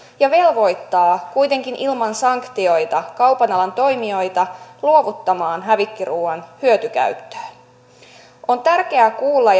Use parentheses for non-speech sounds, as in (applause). ja velvoittaa kuitenkin ilman sanktioita kaupan alan toimijoita luovuttamaan hävikkiruuan hyötykäyttöön on tärkeää kuulla (unintelligible)